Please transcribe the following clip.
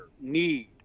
Need